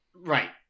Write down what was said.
Right